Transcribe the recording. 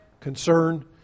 concern